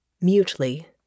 Mutely